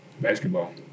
Basketball